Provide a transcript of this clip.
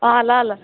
अँ ल ल